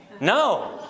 No